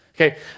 Okay